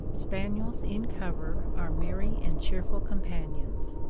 spaniels in cover are merry and cheerful companions,